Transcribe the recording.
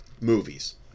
movies